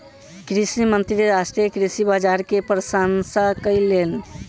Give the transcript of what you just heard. कृषि मंत्री राष्ट्रीय कृषि बाजार के प्रशंसा कयलैन